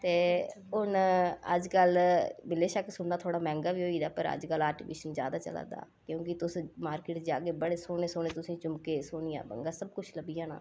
ते हून अज्जकल बिलाशक्क सुन्ना थोह्ड़ा मैंह्गा होई गेदा पर अज्जकल आर्टिफिसियल ज्यादा चलादा क्योंकि तुस मार्केट जाह्गे बड़े सोह्ने सोह्ने तुसेंगी झुमके सोह्नियां बंगां सब कुछ लब्भी जाना